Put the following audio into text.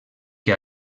que